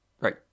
Right